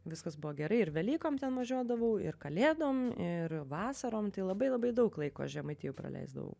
viskas buvo gerai ir velykom ten važiuodavau ir kalėdom ir vasarom tai labai labai daug laiko žemaitijoj praleisdavau